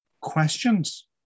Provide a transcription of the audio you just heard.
questions